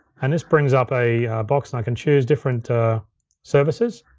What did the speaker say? and this brings up a box and i can choose different services.